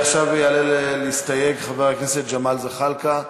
עכשיו יעלה להסתייג חבר הכנסת ג'מאל זחאלקה.